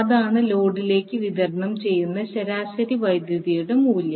അതാണ് ലോഡിലേക്ക് വിതരണം ചെയ്യുന്ന ശരാശരി വൈദ്യുതിയുടെ മൂല്യം